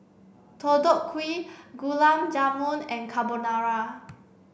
Deodeok Gui Gulab Jamun and Carbonara